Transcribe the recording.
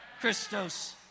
Christos